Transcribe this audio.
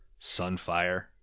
Sunfire